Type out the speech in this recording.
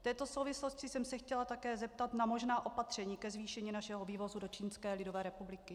V této souvislosti jsem se chtěla také zeptat na možná opatření ke zvýšení našeho vývozu do Čínské lidové republiky.